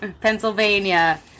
Pennsylvania